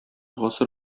гасыр